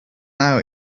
now